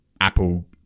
Apple